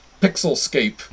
pixelscape